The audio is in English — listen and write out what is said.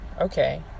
okay